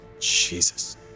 Jesus